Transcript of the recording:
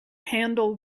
handle